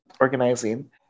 organizing